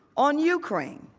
on ukraine.